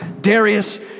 Darius